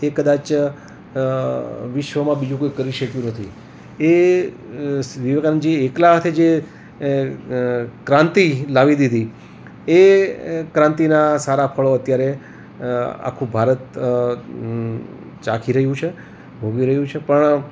તે કદાચ વિશ્વમાં બીજું કોઈ કરી શક્યું નથી એ વિવેકાનંદજી એકલા હાથે જે ક્રાંતિ લાવી દીધી એ ક્રાંતિનાં સારાં ફળો અત્યારે આખું ભારત ચાખી રહ્યું છે ભોગવી રહ્યું છે પણ